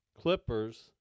Clippers